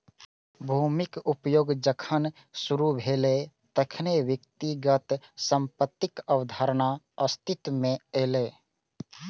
भूमिक उपयोग जखन शुरू भेलै, तखने व्यक्तिगत संपत्तिक अवधारणा अस्तित्व मे एलै